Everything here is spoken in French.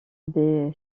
des